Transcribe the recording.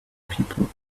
people